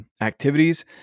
activities